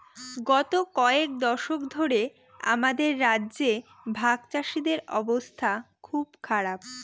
গত কয়েক দশক ধরে আমাদের রাজ্যে ভাগচাষীদের অবস্থা খুব খারাপ